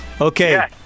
Okay